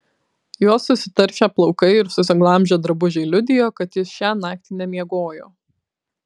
jo susitaršę plaukai ir susiglamžę drabužiai liudijo kad jis šią naktį nemiegojo